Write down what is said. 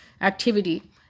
activity